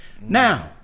Now